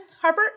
Harper